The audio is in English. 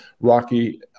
Rocky